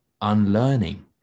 unlearning